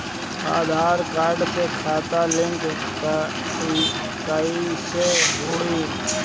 आधार card से खाता link कईसे होई?